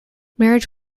marriage